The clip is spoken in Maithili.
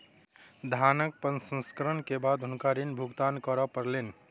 धानक प्रसंस्करण के बाद हुनका ऋण भुगतान करअ पड़लैन